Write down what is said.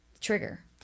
Trigger